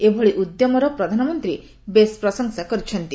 ଏଭଳି ଉଦ୍ୟମର ପ୍ରଧାନମନ୍ତ୍ରୀ ବେଶ୍ ପ୍ରଶଂସା କରିଛନ୍ତି